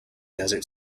desert